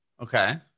okay